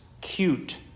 cute